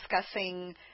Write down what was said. discussing